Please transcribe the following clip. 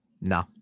no